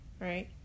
right